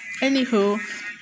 Anywho